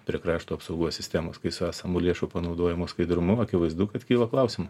prie krašto apsaugos sistemos kai su esamų lėšų panaudojimo skaidrumu akivaizdu kad kyla klausimų